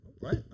right